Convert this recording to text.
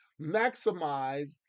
maximize